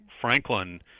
Franklin